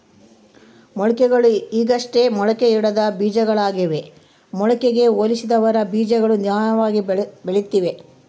ಮೊಳಕೆಗಳು ಈಗಷ್ಟೇ ಮೊಳಕೆಯೊಡೆದ ಬೀಜಗಳಾಗ್ಯಾವ ಮೊಳಕೆಗೆ ಹೋಲಿಸಿದರ ಬೀಜಗಳು ನಿಧಾನವಾಗಿ ಬೆಳಿತವ